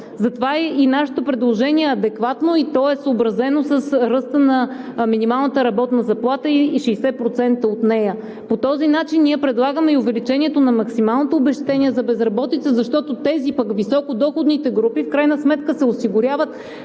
Затова и нашето предложение е адекватно и то е съобразено с ръста на минималната работна заплата, и 60% от нея. По този начин ние предлагаме и увеличение на максималното обезщетение за безработица, защото високодоходните групи, в крайна сметка се осигуряват